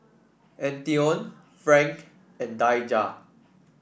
Antione Frank and Daija